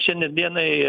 šiandien dienai